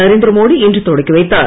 நரேந்திர மோடி இன்று தொடக்கிவைத்தார்